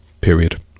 period